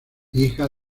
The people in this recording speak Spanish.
hija